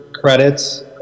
credits